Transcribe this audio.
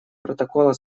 протокола